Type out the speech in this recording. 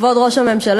כבוד ראש הממשלה,